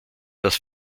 das